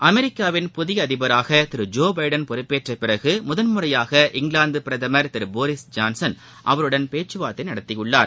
அமெரிக்காவின் புதியஅதிபராகதிருஜோபைடன் பொறுப்பேற்றபிறகுமுதன்முறையாக இங்கிலாந்துபிரதமர் திருபோரீஸ் ஜான்சன் அவருடன் பேச்சுநடத்தியுள்ளார்